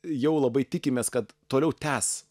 jau labai tikimės kad toliau tęs